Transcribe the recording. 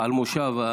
על המושב.